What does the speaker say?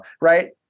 right